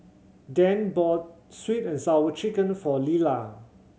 Dane bought Sweet And Sour Chicken for Lela